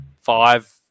five